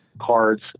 cards